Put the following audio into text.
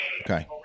Okay